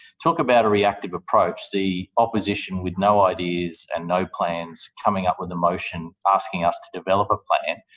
talk about a reactive approach the opposition with no ideas and no plans coming up with a motion asking us to develop a plan.